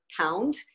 pound